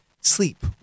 sleep